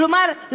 כלומר,